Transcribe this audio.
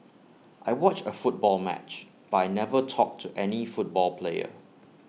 I watched A football match but I never talked to any football player